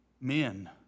men